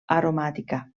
aromàtica